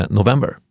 november